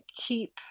keep